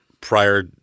prior